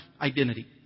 identity